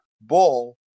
bull